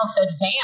advanced